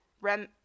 rem